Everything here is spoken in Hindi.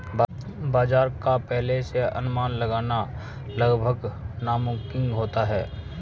बाजार का पहले से अनुमान लगाना लगभग नामुमकिन होता है